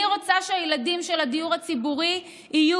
אני רוצה שהילדים של הדיור הציבורי יהיו